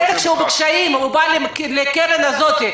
עסק שהוא בקשיים בא לקרן הזאת,